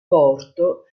porto